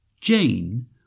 Jane